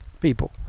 people